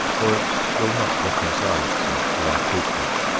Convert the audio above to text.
for it will not reconcile itself to our treatment.